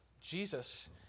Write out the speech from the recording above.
Jesus